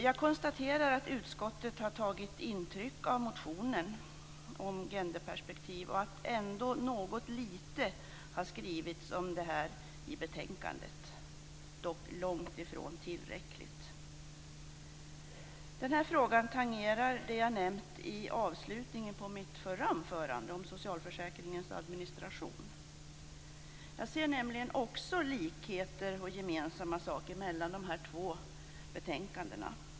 Jag konstaterar att utskottet har tagit intryck av motionen om gender-perspektiv och att ändå något lite har skrivits om detta i betänkandet, dock långt ifrån tillräckligt. Den här frågan tangerar det jag har nämnt i avslutningen på mitt förra anförande om socialförsäkringens administration. Jag ser nämligen också likheter och gemensamma saker mellan de här två betänkandena.